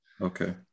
Okay